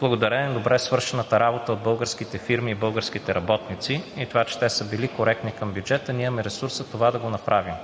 благодарение на добре свършената работа от българските фирми и от българските работници – това, че те са били коректни към бюджета, ние имаме ресурс да направим